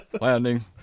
landing